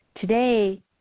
Today